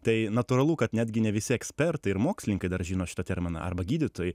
tai natūralu kad netgi ne visi ekspertai ir mokslininkai dar žino šitą terminą arba gydytojai